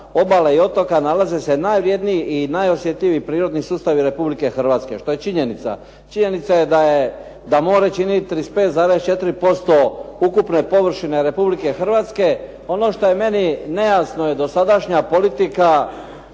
obale i otoka nalaze se najvrjedniji i najosjetljiviji prirodni sustavi Republike Hrvatske, što je činjenica. Činjenica je da more čini 35,4% ukupne površine Republike Hrvatske. Ono što je meni nejasno je dosadašnja politika